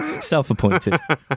Self-appointed